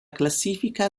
classifica